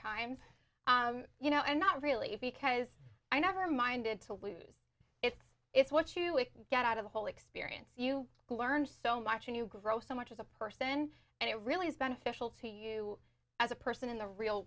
times you know and not really because i never minded to lose it's it's what you it get out of the whole experience you learn so much and you grow so much as a person and it really is beneficial to you as a person in the real